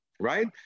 Right